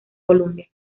columbia